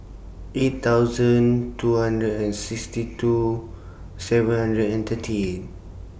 eight thousand two hundred and sixty two seven hundred and thirty eight